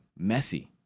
Messi